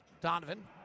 Donovan